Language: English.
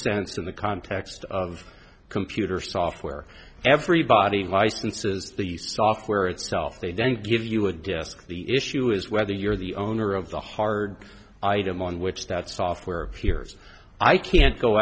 sense in the context of computer software everybody heist and says the software itself they don't give you a desk the issue is whether you're the owner of the hard item on which that software hears i can't go